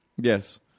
Yes